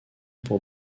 pour